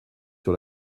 sur